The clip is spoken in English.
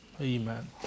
Amen